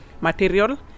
material